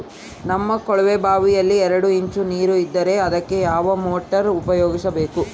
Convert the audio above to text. ನಮ್ಮ ಕೊಳವೆಬಾವಿಯಲ್ಲಿ ಎರಡು ಇಂಚು ನೇರು ಇದ್ದರೆ ಅದಕ್ಕೆ ಯಾವ ಮೋಟಾರ್ ಉಪಯೋಗಿಸಬೇಕು?